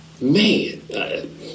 man